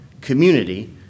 community